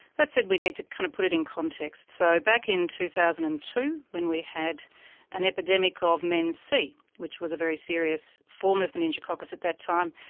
that said, we need to kind of put it in context. so back in two thousand and two when we had an epidemic ah of men c, which was a very serious form of meningococcus at that time,